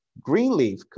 Greenleaf